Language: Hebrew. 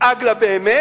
נדאג לה באמת,